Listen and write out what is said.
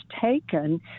taken